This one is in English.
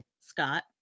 Scott